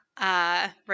right